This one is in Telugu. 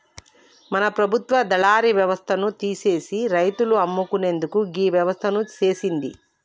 మన ప్రభుత్వ దళారి యవస్థను తీసిసి రైతులు అమ్ముకునేందుకు గీ వ్యవస్థను సేసింది